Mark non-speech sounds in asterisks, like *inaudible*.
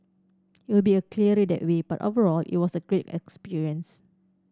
it will be a clearer *unintelligible* that way but overall it was a great experience